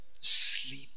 Sleep